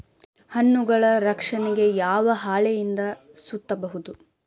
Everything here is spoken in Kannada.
ಹಣ್ಣುಗಳ ರಕ್ಷಣೆಗೆ ಯಾವ ಹಾಳೆಯಿಂದ ಸುತ್ತಬಹುದು?